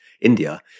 India